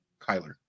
Kyler